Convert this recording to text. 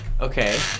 Okay